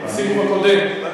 בסיבוב הקודם.